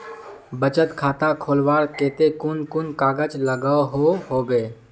बचत खाता खोलवार केते कुन कुन कागज लागोहो होबे?